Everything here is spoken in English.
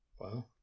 Wow